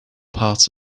part